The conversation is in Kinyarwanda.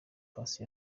passy